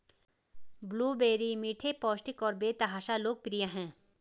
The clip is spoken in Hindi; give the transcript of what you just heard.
ब्लूबेरी मीठे, पौष्टिक और बेतहाशा लोकप्रिय हैं